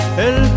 el